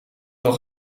nog